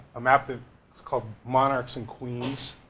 a map that is called, monarchs and queens.